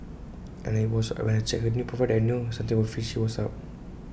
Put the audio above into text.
and IT was when I checked her new profile that I knew something fishy was up